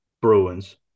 Bruins